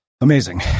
Amazing